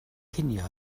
cinio